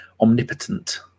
omnipotent